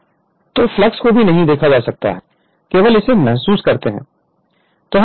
तो फ्लक्स को भी नहीं देखा जा सकता केवल इसे महसूस करते हैं